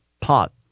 pot